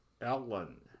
Ellen